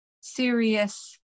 serious